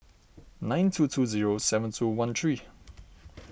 nine two two zero seven two one three